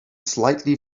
slightly